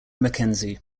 mackenzie